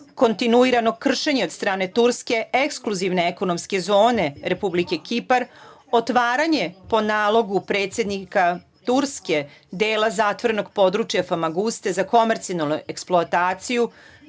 Kontinuirano kršenje i od strane Turske ekskluzivne ekonomske zone Republike Kipar otvaranje po nalogu predsednika Turske dela zatvorenog područja Famaguste za komercijalnu eksploataciju,